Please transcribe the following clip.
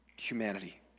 humanity